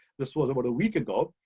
this was about a week ago.